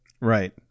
Right